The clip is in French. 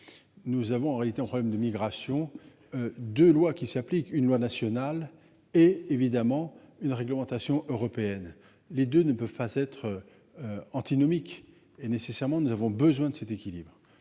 Nous avons en réalité aux problème de migration. De loi qui s'applique une loi nationale est évidemment une réglementation européenne, les deux ne peuvent pas être. Antinomique et nécessairement. Nous avons besoin de cet équilibre.